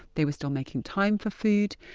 they were still making time for food,